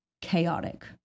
chaotic